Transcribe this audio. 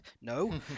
No